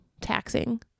taxing